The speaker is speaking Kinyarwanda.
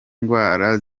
ndwara